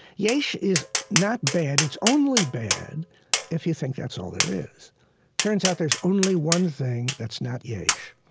yaish is not bad. it's only bad if you think that's all there is turns out there is only one thing that's not yaish.